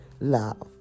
love